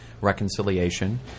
reconciliation